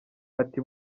ati